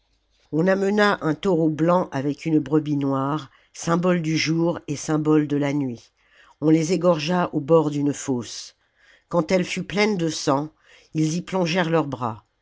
on amena un taureau blanc avec une brebis noire symbole du jour et symbole de la nuit on les égorgea au bord d'une fosse quand elle fut pleine de sang ils y plongèrent leurs bras